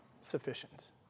sufficient